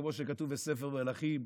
כמו שכתוב בספר מלכים,